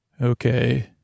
Okay